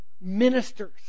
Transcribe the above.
ministers